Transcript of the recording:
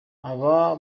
aba